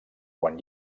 quan